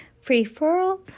free-for-all